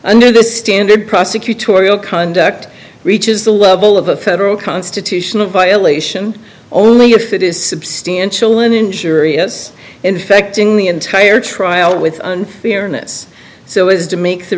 under the standard prosecutorial conduct reaches the level of a federal constitutional violation only if it is substantial an injury is infecting the entire trial with fairness so as to make the